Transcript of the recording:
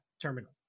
terminal